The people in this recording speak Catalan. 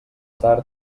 tard